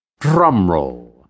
Drumroll